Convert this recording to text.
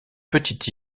petite